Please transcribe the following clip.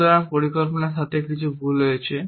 সুতরাং পরিকল্পনার সাথে কিছু ভুল হয়েছে